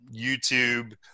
YouTube